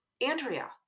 andrea